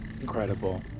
Incredible